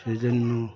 সে জন্য